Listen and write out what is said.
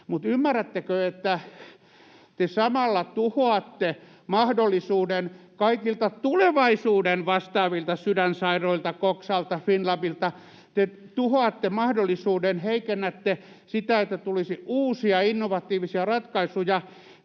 mutta ymmärrättekö, että te samalla tuhoatte mahdollisuuden kaikilta tulevaisuuden vastaavilta, Sydänsairaalalta, Coxalta, Fimlabilta? Te tuhoatte mahdollisuuden, heikennätte sitä, että tulisi uusia innovatiivisia ratkaisuja